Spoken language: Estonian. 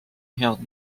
head